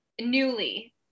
newly